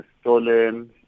stolen